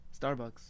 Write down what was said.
Starbucks